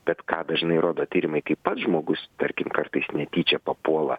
bet ką dažnai rodo tyrimai kaip pats žmogus tarkim kartais netyčia papuola